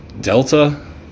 Delta